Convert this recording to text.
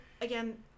again